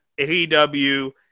AEW